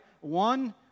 One